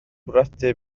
bwriadu